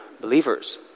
believers